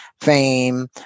fame